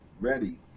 ready